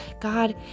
God